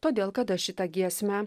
todėl kada šitą giesmę